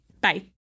Bye